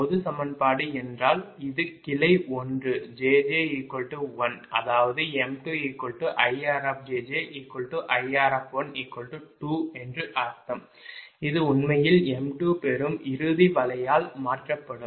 பொது சமன்பாடு என்றால் இது கிளை 1 jj 1 அதாவது m2IRjjIR12 என்று அர்த்தம் இது உண்மையில் m2 பெறும் இறுதி வலையால் மாற்றப்படும்